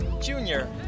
Junior